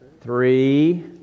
Three